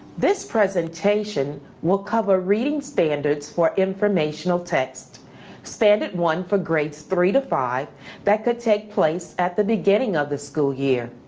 this presentation will cover reading standards for informational text standard one for grades three to five that take place at the beginning of the school year.